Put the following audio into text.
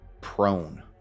prone